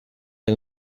car